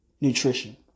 Nutrition